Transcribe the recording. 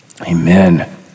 Amen